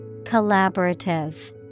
Collaborative